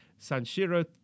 Sanshiro